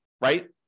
right